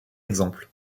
exemple